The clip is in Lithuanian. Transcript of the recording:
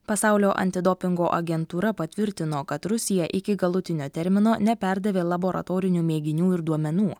pasaulio antidopingo agentūra patvirtino kad rusija iki galutinio termino neperdavė laboratorinių mėginių ir duomenų